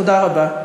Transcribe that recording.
תודה רבה.